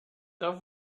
off